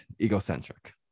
egocentric